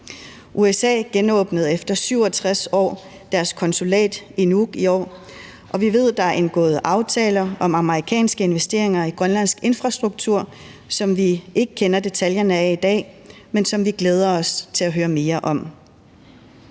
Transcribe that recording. USA genåbnede efter 67 år deres konsulat i Nuuk i år, og vi ved, at der er indgået aftaler om amerikanske investeringer i Grønlands infrastruktur, som vi ikke kender detaljerne af i dag, men som vi glæder os til at høre mere om.